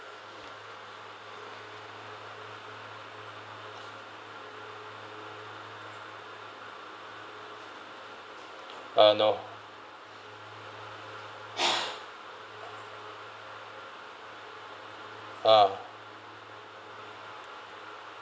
uh no ah